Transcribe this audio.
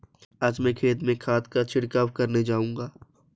आज मैं खेत में खाद का छिड़काव करने जाऊंगा